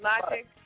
Logic